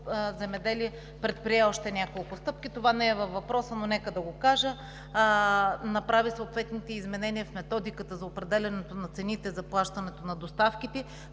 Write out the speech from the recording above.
предприе още няколко стъпки. Това не е по въпроса, но нека да го кажа. Направи съответните изменения в Методиката за определянето на цените за плащането на доставките,